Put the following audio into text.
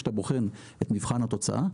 כשאתה בוחן את מבחן התוצאה,